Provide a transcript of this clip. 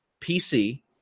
PC